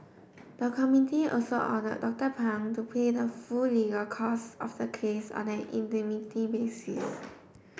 the committee also order Doctor Pang to pay the full legal costs of the case on an indemnity basis